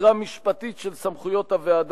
סקירה משפטית של סמכויות הוועדה,